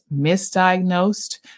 misdiagnosed